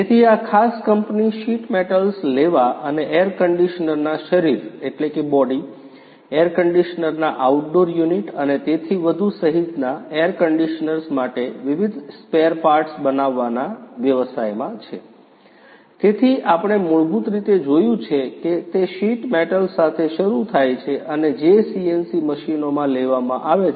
તેથી આ ખાસ કંપની શીટ મેટલ્સ લેવા અને એર કંડિશનરના શરીર બોડી એર કંડિશનરના આઉટડોર યુનિટ અને તેથી વધુ સહિતના એર કન્ડિશનર્સ માટે વિવિધ સ્પેરપાર્ટસ બનાવવાના વ્યવસાયમાં છે તેથી આપણે મૂળભૂત રીતે જોયું છે કે તે શીટ મેટલ સાથે શરૂ થાય છે અને જે સીએનસી મશીનોમાં લેવામાં આવે છે